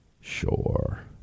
Sure